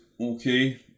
okay